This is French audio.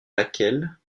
laquelle